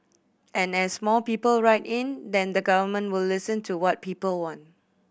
and as more people write in then the Government will listen to what people want